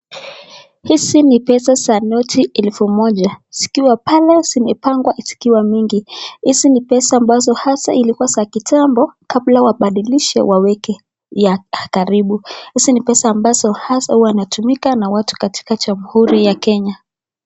Hizi ni pesa za noti elfu moja, zikiwa pale zimepangwa zikiwa mingi .Hizi ni pesa ambazo hasa zilikuwa za kitambo, kabla wabadilishe waweke ya karibu. Hizi ni pesa ambazo hasaa huwa inatumika na watu katika jamuhuri ya Kenya.